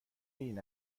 این